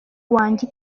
wanjye